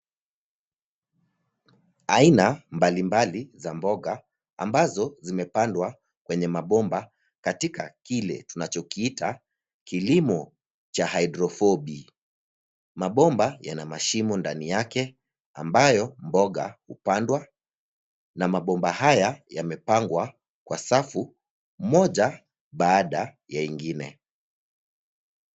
Aina mbalimbali za mboga ambazo zimepandwa kwenye mabomba katika kile tunachokiita kilimo cha hydrophobi . Mbomba yana mashimo ndani yake ambayo mboga hupandwa na mabomba haya yamepangwa kwa safu moja baada ya ingine.